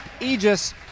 aegis